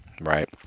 right